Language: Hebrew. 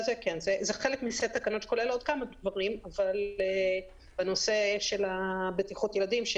זה חלק מסט תקנות שכוללות עוד כמה דברים אבל בנושא בטיחות ילדים,